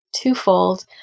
twofold